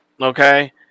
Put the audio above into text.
Okay